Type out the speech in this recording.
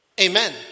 Amen